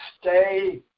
Stay